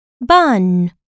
Bun